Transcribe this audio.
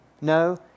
No